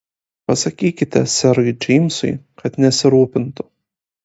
pasakykite serui džeimsui kad nesirūpintų